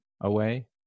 away